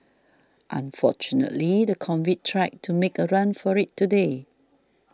unfortunately the convict tried to make a run for it today